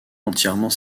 entièrement